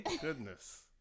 goodness